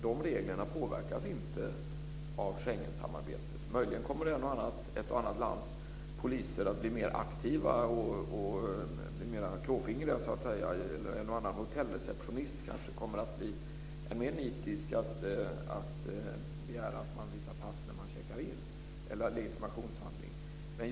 De reglerna påverkas inte av Schengensamarbetet. Möjligen kommer ett och annat lands poliser att bli mer aktiva och klåfingriga, eller en och annan hotellreceptionist att bli än mer nitisk och begära att man visar pass eller legitimationshandling när man checkar in.